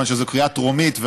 כיוון שזו קריאה טרומית,